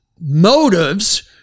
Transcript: motives